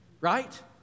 Right